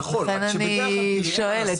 לכן אני שואלת,